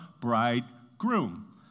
bridegroom